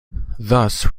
thus